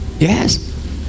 yes